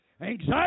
Anxiety